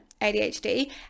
ADHD